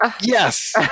Yes